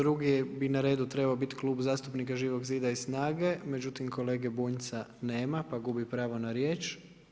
Drugi bi na redu trebao biti Klub zastupnika Živog zida i SNAGA-e međutim kolege Bunjca nema pa gubi pravo na riječ.